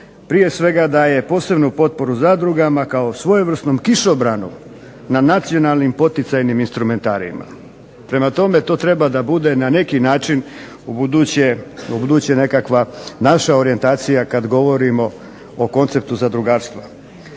prije svega daje posebnu potporu zadrugama kao svojevrsnom kišobranu na nacionalnim poticajnim instrumentarijima. Prema tome, to treba da bude na neki način u buduće nekakva naša orijentacija kad govorimo o konceptu zadrugarstva.